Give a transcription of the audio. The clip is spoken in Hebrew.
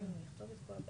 --- להצעת החוק בסופו יבוא,